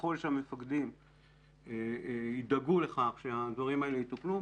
ככל שהמפקדים ידאגו לכך שהדברים האלה יטופלו,